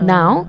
Now